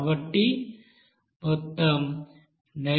కాబట్టి మొత్తం 19